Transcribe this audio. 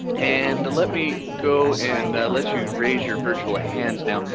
and let me go and let you raise your virtual hands now.